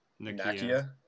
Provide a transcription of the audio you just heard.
Nakia